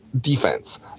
defense